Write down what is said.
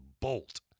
Bolt